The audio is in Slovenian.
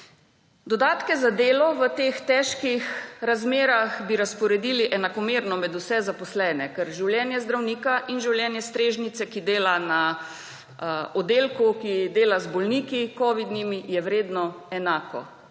Dodatke za delo v teh težkih razmerah bi razporedili enakomerno med vse zaposlene, ker življenje zdravnika in življenje strežnice, ki dela na oddelku, ki dela s covidnimi bolniki, je vredno enako.